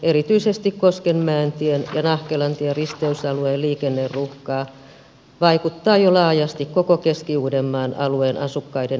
erityisesti koskenmäentien ja nahkelantien risteysalueen liikenneruuhka vaikuttaa jo laajasti koko keski uudenmaan alueen asukkaiden elämään